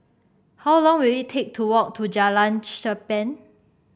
how long will it take to walk to Jalan Cherpen